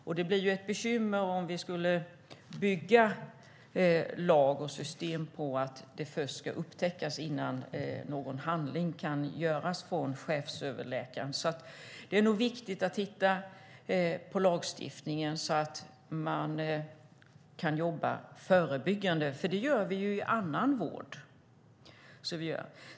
Det skulle bli ett bekymmer om vi skulle bygga en lag och ett system på att det först ska upptäckas innan chefsöverläkaren kan handla. Det är nog viktigt att lagstiftningen ger möjlighet att här jobba förebyggande, för det gör man ju i annan vård.